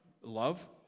love